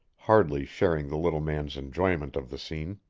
hardly sharing the little man's enjoyment of the scene.